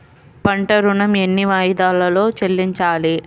పంట ఋణం ఎన్ని వాయిదాలలో చెల్లించాలి?